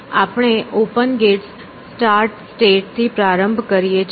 આપણે open gates start state થી પ્રારંભ કરીએ છીએ